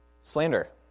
Slander